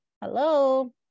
Hello